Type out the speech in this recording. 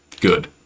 good